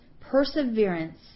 perseverance